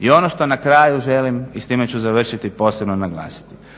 I ono što na kraju želim i s time ću završiti, posebno naglasiti,